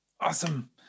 awesome